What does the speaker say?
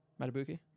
Matabuki